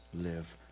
live